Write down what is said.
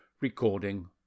Recording